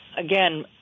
again